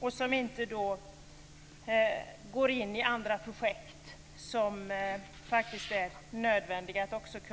De ska inte gå in i andra nödvändiga projekt.